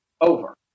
Over